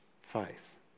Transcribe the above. faith